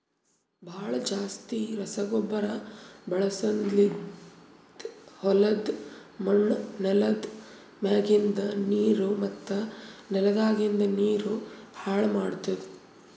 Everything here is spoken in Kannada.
ಭಾಳ್ ಜಾಸ್ತಿ ರಸಗೊಬ್ಬರ ಬಳಸದ್ಲಿಂತ್ ಹೊಲುದ್ ಮಣ್ಣ್, ನೆಲ್ದ ಮ್ಯಾಗಿಂದ್ ನೀರು ಮತ್ತ ನೆಲದಾಗಿಂದ್ ನೀರು ಹಾಳ್ ಮಾಡ್ತುದ್